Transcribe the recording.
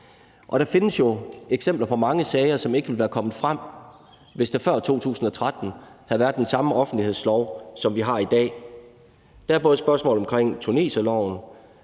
der findes jo eksempler på mange sager, som ikke ville være kommet frem, hvis der før 2013 havde været den samme offentlighedslov, som vi har i dag. Der er både spørgsmålet om tuneserloven,